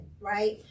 right